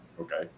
Okay